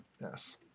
Yes